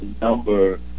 number